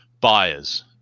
buyers